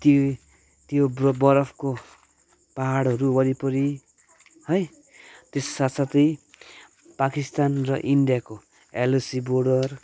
ती त्यो बरफको पाहाडहरू वरिपरि है त्यस साथ साथै पाकिस्तान र इन्डियाको एलओसी बोर्डर